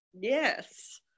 Yes